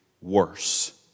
worse